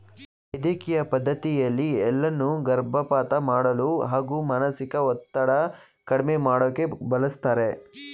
ವೈದ್ಯಕಿಯ ಪದ್ಡತಿಯಲ್ಲಿ ಎಳ್ಳನ್ನು ಗರ್ಭಪಾತ ಮಾಡಲು ಹಾಗೂ ಮಾನಸಿಕ ಒತ್ತಡ ಕಡ್ಮೆ ಮಾಡೋಕೆ ಬಳಸ್ತಾರೆ